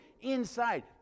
inside